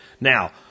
Now